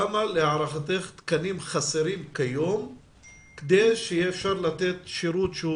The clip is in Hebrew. כמה תקנים חסרים להערכתך היום כדי שאפשר יהיה לתת שירות שהוא